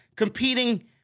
Competing